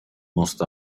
most